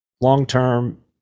Long-term